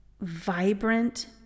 vibrant